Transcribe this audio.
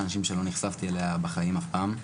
אנשים שלא נחשפתי אליה בחיים אף פעם,